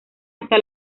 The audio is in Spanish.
hasta